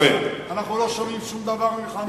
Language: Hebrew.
אנחנו לא שומעים ממך שום דבר מה עושים.